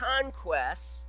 conquest